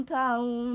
town